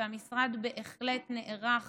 והמשרד בהחלט נערך